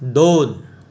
दोन